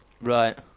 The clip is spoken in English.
right